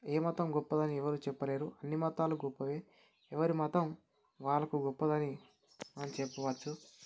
ఏ మతం గొప్పది అని ఎవరు చెప్పలేరు అన్ని మతాలు గొప్పవే ఎవరి మతం వాళ్ళకు గొప్పదని మనం చెప్పవచ్చు